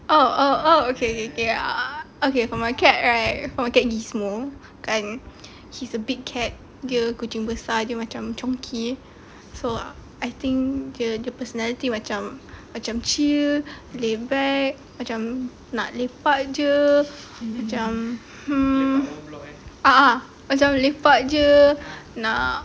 oh oh oh oh okay K K okay for my cat right for my cat gizmo kan he's a big cat dia kucing besar dia macam chonky so I think dia the personality macam macam chill laid-back macam nak lepak jer macam hmm a'ah macam lepak jer nak